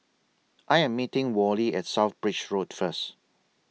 I Am meeting Worley At South Bridge Road First